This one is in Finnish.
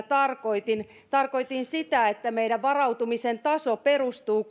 tarkoitin tarkoitin sitä että meidän varautumisen taso perustuu